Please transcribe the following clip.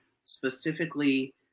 specifically